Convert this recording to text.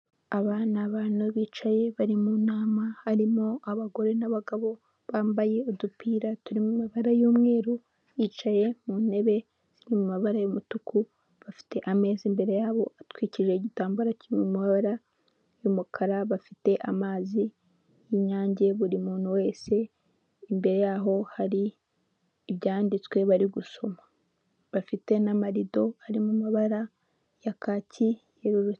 Aba ni abantu bicaye bari mu nama harimo abagore n'abagabo bambaye udupira turi mu mabara y'umweru bicaye mu ntebe ziri mu mabara y'umutuku bafite ameza imbere yabo atwikije igitambaro kiri mu mabara y'umukara bafite amazi y'inyange buri muntu wese imbere yaho hari ibyanditswe bari gusoma bafite n'amarido arimo amabara ya kaki yererutse.